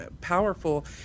powerful